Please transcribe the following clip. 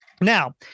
now